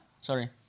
sorry